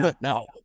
No